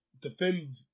defend